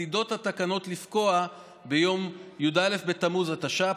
עתידות התקנות לפקוע ביום י"א בתמוז התש"ף,